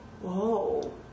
Whoa